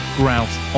grouse